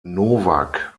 novak